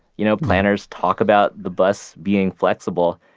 you know planners talk about the bus being flexible,